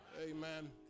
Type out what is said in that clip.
Amen